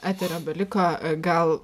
eterio beliko gal